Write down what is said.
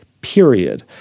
period